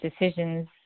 decisions